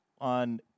on